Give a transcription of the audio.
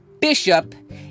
bishop